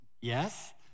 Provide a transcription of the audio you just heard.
Yes